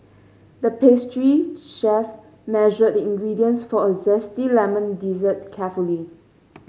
the pastry chef measured the ingredients for a zesty lemon dessert carefully